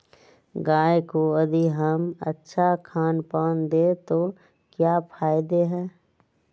गाय को यदि हम अच्छा खानपान दें तो क्या फायदे हैं?